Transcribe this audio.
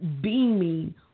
beaming